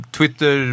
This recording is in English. Twitter